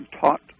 taught